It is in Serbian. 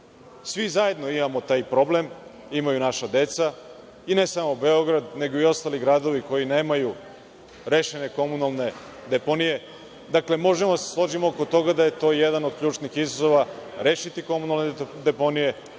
svi zajedno imamo taj problem, imaju naša deca, i ne samo Beograd, nego i ostali gradovi koji nemaju rešene komunalne deponije. Dakle, možemo da se složimo oko toga da je to jedan od ključnih izazova – rešiti komunalne deponije,